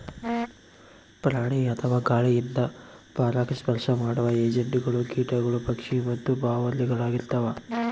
ಪ್ರಾಣಿ ಅಥವಾ ಗಾಳಿಯಿಂದ ಪರಾಗಸ್ಪರ್ಶ ಮಾಡುವ ಏಜೆಂಟ್ಗಳು ಕೀಟಗಳು ಪಕ್ಷಿ ಮತ್ತು ಬಾವಲಿಳಾಗಿರ್ತವ